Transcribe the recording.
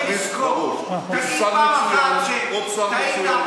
מתי אתה אמרת פעם אחת שטעית?